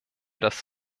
das